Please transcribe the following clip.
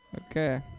Okay